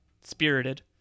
spirited